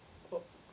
oh